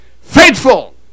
faithful